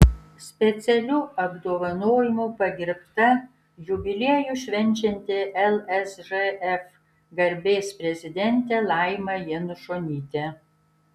specialiu apdovanojimu pagerbta jubiliejų švenčianti lsžf garbės prezidentė laima janušonytė